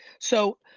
so,